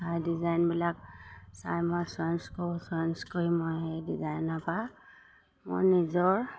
চাই ডিজাইনবিলাক চাই মই চইচ কৰোঁ চইচ কৰি মই সেই ডিজাইনৰপৰা মোৰ নিজৰ